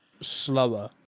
slower